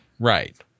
Right